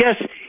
yes